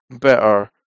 better